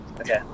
Okay